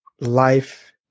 life